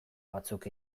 batzuk